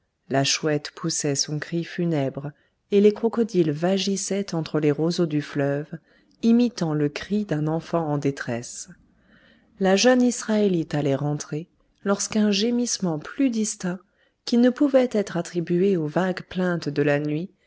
la chouette poussait son cri funèbre et les crocodiles vagissaient entre les roseaux du fleuve imitant le cri d'un enfant en détresse la jeune israélite allait rentrer lorsqu'un gémissement plus distinct qui ne pouvait être attribué aux vagues plaintes de la nuit